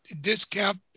discount